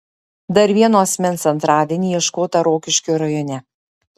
dar vieno asmens antradienį ieškota rokiškio rajone